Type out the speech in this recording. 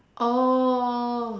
oh